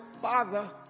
Father